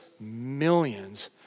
millions